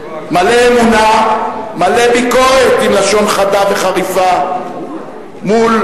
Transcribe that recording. מלא אמונה, מלא ביקורת, עם לשון חדה וחריפה מול